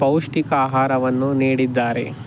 ಪೌಷ್ಟಿಕ ಆಹಾರವನ್ನು ನೀಡಿದ್ದಾರೆ